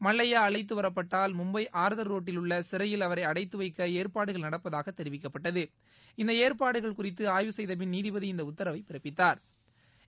மல்லையா அழைத்து வரப்பட்டால் மும்பை ஆர்தர் ரோட்டிலுள்ள சிறையில் அவரை அடைத்து வைக்க ஏற்பாடுகள் நடப்பதாக தெரிவிக்கப்பட்டது இந்த ஏற்பாடுகள் குறித்து ஆய்வு செய்தபின் நீதிபதி இந்த உத்தரவை பிறப்பித்தாா்